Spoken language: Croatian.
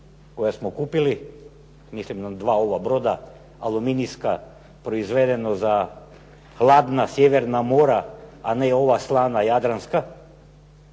koja smo kupili. Mislim na dva ova broda aluminijska proizvedeno za hladna sjeverna mora, a ne ova slana jadranska.